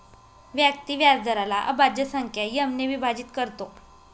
व्यक्ती व्याजदराला अभाज्य संख्या एम ने विभाजित करतो